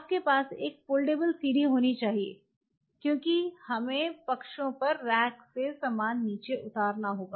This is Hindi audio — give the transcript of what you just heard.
आपके पास एक फोल्डेबल सीढ़ी होनी चाहिए क्योंकि हमें पक्षों पर रैक से सामान नीचे उतारना होगा